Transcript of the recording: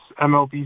MLB